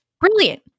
brilliant